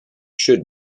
should